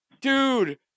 dude